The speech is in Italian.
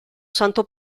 santo